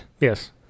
Yes